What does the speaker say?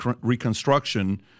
Reconstruction